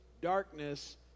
darkness